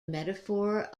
metaphor